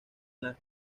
las